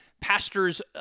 pastor's